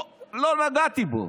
לא נגעתי בו.